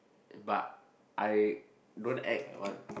but I don't act like one